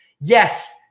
Yes